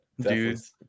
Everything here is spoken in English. dudes